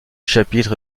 chapitre